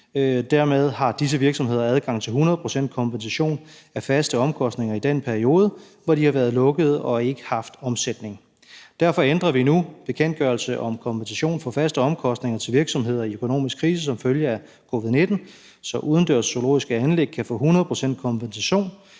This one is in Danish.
Dermed har disse virksomheder adgang til 100 pct. kompensation af faste omkostninger i den periode, hvor de har været lukkede og ikke haft omsætning. Derfor ændrer vi nu bekendtgørelse om kompensation for faste omkostninger til virksomheder i økonomisk krise som følge af covid-19, så udendørs zoologiske anlæg kan få 100 pct. kompensation